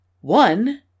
One